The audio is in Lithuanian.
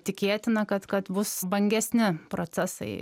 tikėtina kad kad bus vangesni procesai